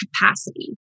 capacity